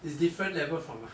is different level from ah